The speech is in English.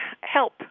help